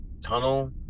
tunnel